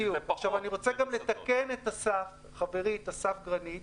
אני רוצה לתקן את אסף גרניט,